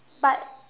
but